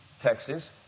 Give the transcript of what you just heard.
Texas